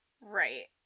Right